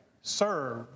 serve